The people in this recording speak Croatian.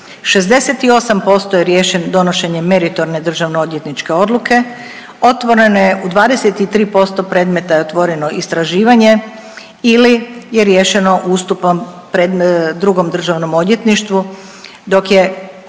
68% je riješeno donošenjem meritorne državno odvjetničke odluke, otvoreno je u 23% predmeta je otvoreno istraživanje ili je riješeno ustupom drugom državnom odvjetništvu, dok je 3,8%